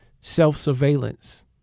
self-surveillance